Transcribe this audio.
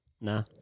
Nah